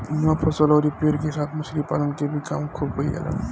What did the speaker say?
इहवा फसल अउरी पेड़ के साथ मछली पालन के भी काम खुब कईल जाला